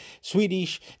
Swedish